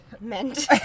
Meant